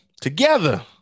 together